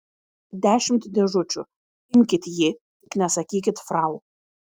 dešimt dėžučių imkit jį tik nesakykit frau